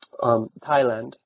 Thailand